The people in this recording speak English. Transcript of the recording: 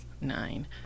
nine